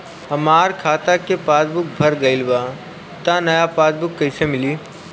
हमार खाता के पासबूक भर गएल बा त नया पासबूक कइसे मिली?